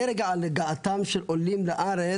מרגע הגעתם של עולים לארץ,